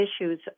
issues